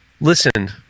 listen